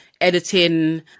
editing